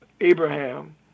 Abraham